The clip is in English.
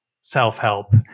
self-help